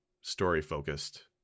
story-focused